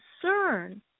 concern